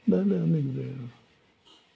जालें आनी कितें